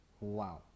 Wow